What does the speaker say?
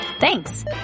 Thanks